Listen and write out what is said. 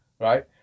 right